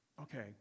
Okay